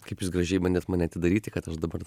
kaip jūs gražiai bandot mane atidaryti kad aš dabar